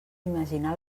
imaginar